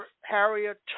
Harriet